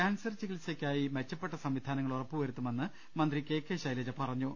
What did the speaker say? cancer ചികിത്സയ്ക്കായി മെച്ചപ്പെട്ട സംവിധാന ങ്ങൾ ഉറപ്പുവരുത്തുമെന്ന് മന്ത്രി കെ കെ ശൈലജ പറ ഞ്ഞു